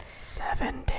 seven